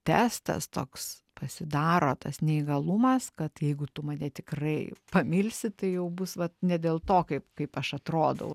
testas toks pasidaro tas neįgalumas kad jeigu tu mane tikrai pamilsi tai jau bus vat ne dėl to kaip kaip aš atrodau